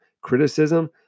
criticism